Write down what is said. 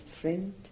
friend